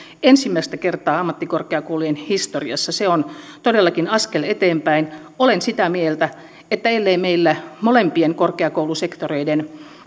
ensimmäistä kertaa ammattikorkeakoulujen historiassa se on todellakin askel eteenpäin olen sitä mieltä että ellei meillä käytetä hyväksi molempien korkeakoulusektoreiden